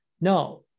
No